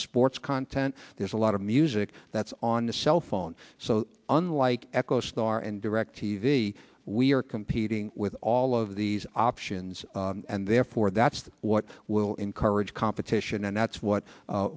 sports content there's a lot of music that's on the cellphone so unlike echostar and direct t v we are competing with all of these options and therefore that's what will encourage competition and that's what